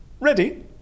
Ready